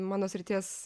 mano srities